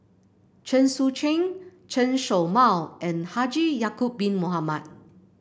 Chen Sucheng Chen Show Mao and Haji Ya'acob Bin Mohamed